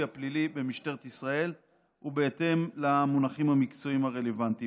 הפלילי במשטרת ישראל ובהתאם למונחים המקצועיים הרלוונטיים.